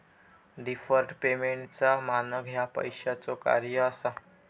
deferred पेमेंटचो मानक ह्या पैशाचो कार्य असा